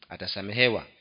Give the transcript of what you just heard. Atasamehewa